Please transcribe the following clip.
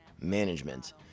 management